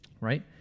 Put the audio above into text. Right